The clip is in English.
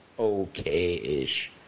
Okay-ish